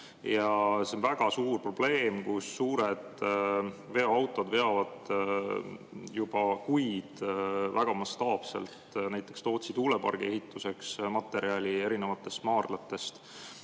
See on väga suur probleem, sest suured veoautod veavad juba kuid väga mastaapselt näiteks Tootsi tuulepargi ehituseks materjali erinevatest maardlatest.